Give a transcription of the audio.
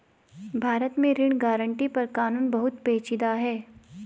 भारत में ऋण गारंटी पर कानून बहुत पेचीदा है